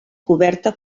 coberta